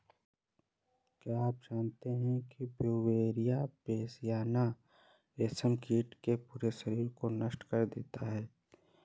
क्या आप जानते है ब्यूवेरिया बेसियाना, रेशम कीट के पूरे शरीर को नष्ट कर देता है